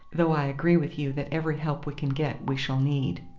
though i agree with you that every help we can get we shall need.